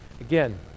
Again